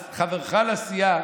אז חברך לסיעה